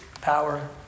power